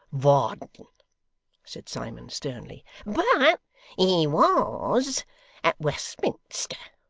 varden said simon, sternly but he was at westminster.